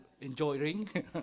enjoying